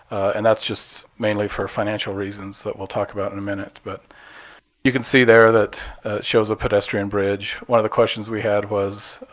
and that's just mainly for financial reasons that we'll talk about in a minute. but you can see there that it shows a pedestrian bridge. one of the questions we had was